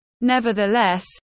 Nevertheless